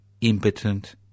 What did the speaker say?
impotent